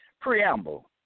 Preamble